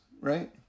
right